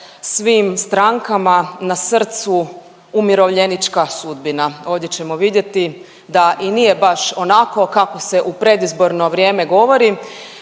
svim strankama na srcu umirovljenička sudbina. Ovdje ćemo vidjeti da i nije baš onako kako se u predizborno vrijeme govori,